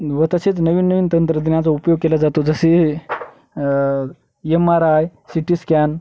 व तसेच नवीन नवीन तंत्रज्ञनाचा उपयोग केला जातो जसे M R I C T scan